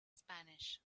spanish